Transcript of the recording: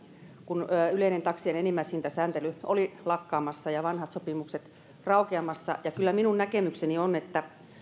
kun yleinen taksien enimmäishintasääntely oli lakkaamassa ja vanhat sopimukset raukeamassa ja kyllä minun näkemykseni on että